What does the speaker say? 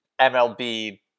MLB